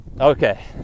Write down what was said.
okay